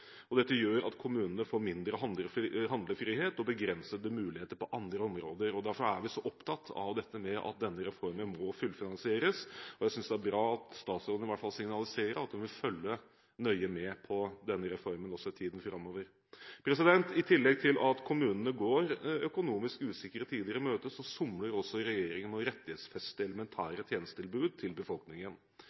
kommunene. Dette gjør at kommunene får mindre handlefrihet og begrensede muligheter på andre områder. Derfor er vi så opptatt av at denne reformen må fullfinansieres. Jeg synes det er bra at statsråden i hvert fall signaliserer at hun vil følge nøye med på denne reformen også i tiden framover. I tillegg til at kommunene går økonomisk usikre tider i møte, somler også regjeringen med å rettighetsfeste elementære tjenestetilbud til befolkningen.